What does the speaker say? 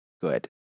good